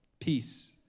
Peace